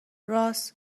رآس